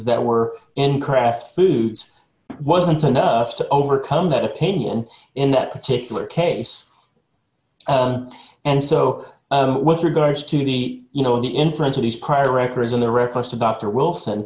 that were in kraft foods wasn't enough to overcome that opinion in that particular case and so with regards to the you know the influence of these prior records on the records to dr wilson